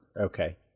okay